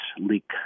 leak